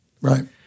Right